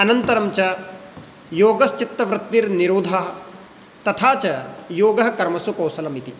अनन्तरं च योगश्चित्तवृत्तिनिरोधः तथा च योगः कर्मसु कौशलम् इति